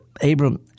Abram